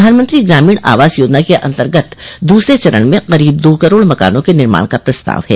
प्रधानमंत्री ग्रामीण आवास योजना के अंतर्गत दूसरे चरण में करीब दो करोड़ मकानों के निर्माण का प्रस्ताव है